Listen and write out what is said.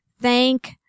thank